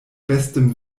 bestem